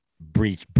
breach